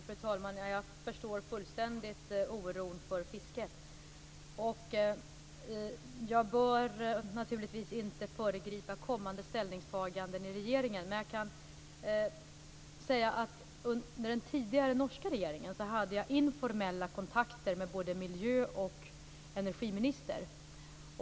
Fru talman! Jag förstår fullständigt oron för fisket. Jag bör naturligtvis inte föregripa kommande ställningstaganden i regeringen, men jag kan säga att jag under den tidigare norska regeringen hade informella kontakter med både miljö och energiministern.